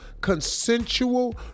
consensual